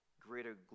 greater